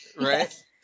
right